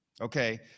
Okay